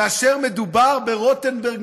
כאשר מדובר ברוטנברג,